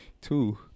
Two